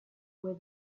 where